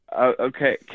Okay